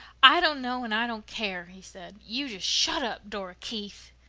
i don't know and i don't care, he said. you just shut up, dora keith.